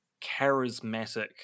charismatic